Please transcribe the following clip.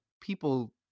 people